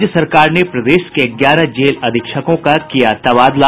राज्य सरकार ने प्रदेश के ग्यारह जेल अधीक्षकों का किया तबादला